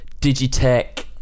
digitech